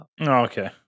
okay